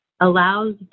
allows